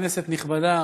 כנסת נכבדה,